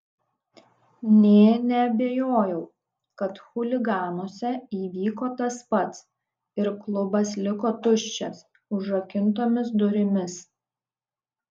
nė neabejojau kad chuliganuose įvyko tas pats ir klubas liko tuščias užrakintomis durimis